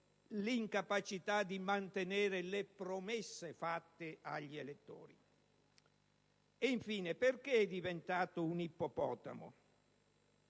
l'incapacità di mantenere le promesse fatte agli elettori. Infine, perché è diventato un ippopotamo?